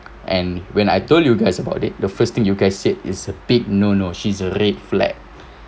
and when I told you guys about it the first thing you guys said is a big no no she's a red flag